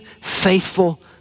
faithful